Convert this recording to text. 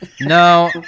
No